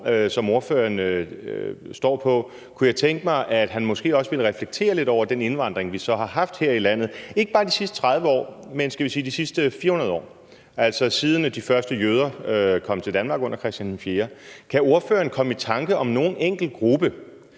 som ordføreren står på, måske også ville reflektere lidt over den indvandring, vi så har haft her i landet – ikke bare de sidste 30 år, men skal vi sige de sidste 400 år, altså siden de første jøder kom til Danmark under Christian IV. Kan ordføreren komme i tanke om nogen enkelt gruppe,